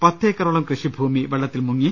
പത്തേക്കറോളം കൃഷിഭൂമി വെള്ളത്തിൽ മുങ്ങി